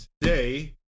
today